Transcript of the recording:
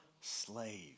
slave